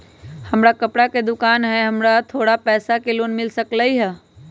हमर कपड़ा के दुकान है हमरा थोड़ा पैसा के लोन मिल सकलई ह?